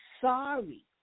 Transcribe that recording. sorry